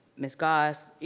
ms. goss,